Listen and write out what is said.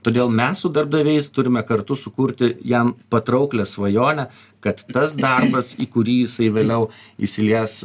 todėl mes su darbdaviais turime kartu sukurti jam patrauklią svajonę kad tas darbas į kurį jisai vėliau įsilies